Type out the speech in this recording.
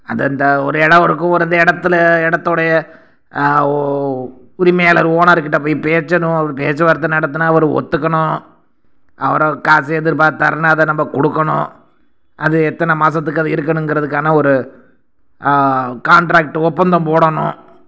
அது அந்த ஒரு இடம் இருக்கும் ஒரு அந்த இடத்துல இடத்தோடைய உ உரிமையாளர் ஓனர்கிட்ட போய் பேசணும் அப்படி பேச்சு வார்த்தை நடத்துனா அவர் ஒத்துக்கணும் அப்புறம் அவர் காசு எதிர்பார்த்தாருன்னா அதை நம்ப கொடுக்கணும் அது எத்தனை மாதத்துக்கு அது இருக்கணுங்குறதுக்கான ஒரு காண்ட்ராக்ட் ஒப்பந்தம் போடணும்